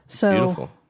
Beautiful